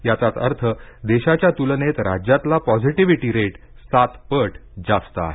याचाच अर्थ देशाच्या तुलनेत राज्यातला पॉझिटिव्हिटी रेट सात पट जास्त आहे